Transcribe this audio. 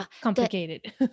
complicated